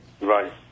Right